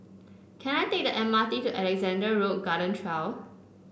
can I take the M R T to Alexandra Road Garden Trail